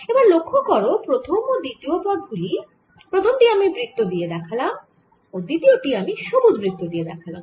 এবার লক্ষ্য করো প্রথম ও দ্বিতীয় পদ গুলি প্রথম টি আমি বৃত্ত দিয়ে দেখালাম ও দ্বিতীয় টি আমি সবুজ বৃত্ত দিয়ে দেখালাম